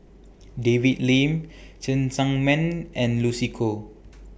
David Lim Cheng Tsang Man and Lucy Koh